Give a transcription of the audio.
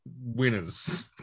winners